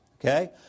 Okay